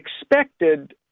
expected